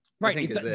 Right